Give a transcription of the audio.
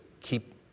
keep